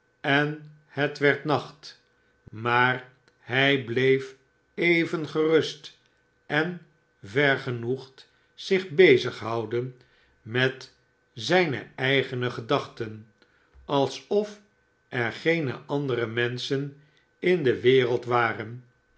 en het werd nacht maar hij bleef even gerust en vergenoegd zich bezig houdende met zijne eigene gedachten alsof er geene andere mer schen in de wereld waren